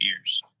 years